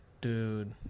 Dude